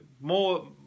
more